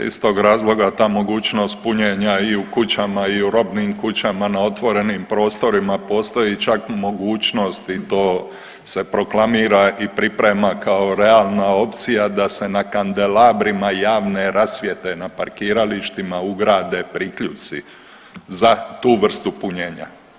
Pa iz tog razloga ta mogućnost punjenja i u kućama i rubnim kućama na otvorenim prostorima postoji čak mogućnosti i to se proklamira i priprema kao realna opcija da se na kandelabrima javne rasvjete na parkiralištima ugrade priključci za tu vrstu punjenja.